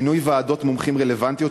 מינוי ועדות מומחים רלוונטיות,